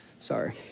sorry